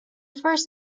first